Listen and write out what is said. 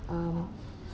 uh